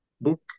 book